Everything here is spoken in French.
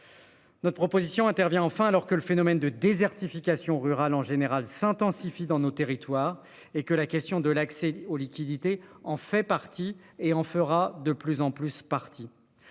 Notre proposition intervient enfin alors que le phénomène de désertification rurale en général s'intensifie dans nos territoires et que la question de l'accès aux liquidités en fait partie et en fera de plus en plus parties.